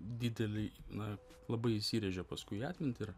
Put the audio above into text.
didelį na labai įsirėžė paskui į atmintį ir